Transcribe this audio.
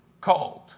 called